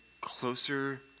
closer